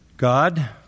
God